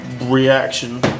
reaction